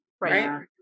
Right